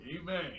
Amen